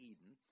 Eden